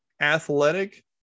athletic